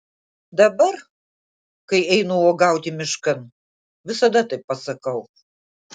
dabar kai einu uogauti miškan visada taip pasakau